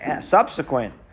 subsequent